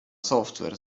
software